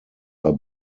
are